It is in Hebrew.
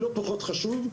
וזה לא פחות חשוב,